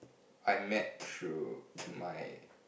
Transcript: I met through my